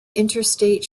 interstate